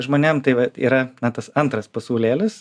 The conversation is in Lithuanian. žmonėm tai va yra na tas antras pasaulėlis